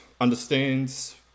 understands